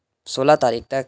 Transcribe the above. سولہ تاریخ تک